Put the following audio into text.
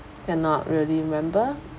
cannot really remember